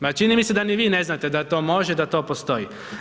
Ma čini mi se da ni vi ne znate da to može da to postoji.